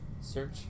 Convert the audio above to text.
search